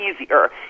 easier